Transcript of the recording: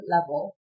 level